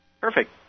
Perfect